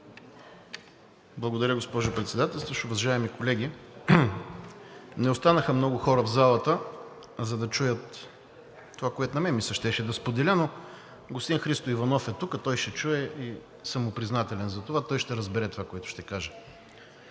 Благодаря, госпожо Председателстващ. Уважаеми колеги, не останаха много хора в залата, за да чуят това, което на мен ми се щеше да споделя, но господин Христо Иванов е тук, той ще чуе и съм му признателен за това – той ще разбере това, което ще кажа.